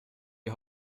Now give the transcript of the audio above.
die